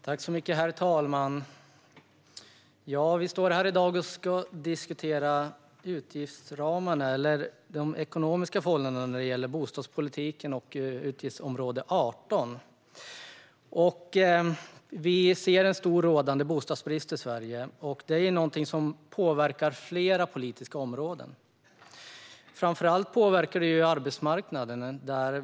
Herr talman! I dag diskuterar vi utgiftsramarna eller de ekonomiska förhållandena när det gäller bostadspolitiken och utgiftsområde 18. Vi ser att det råder en stor bostadsbrist i Sverige. Det är någonting som påverkar flera politiska områden. Framför allt påverkar det arbetsmarknaden.